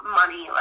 money